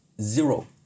zero